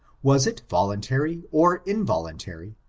was it voluntary or involuntary,